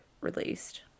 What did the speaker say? released